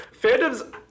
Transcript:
fandoms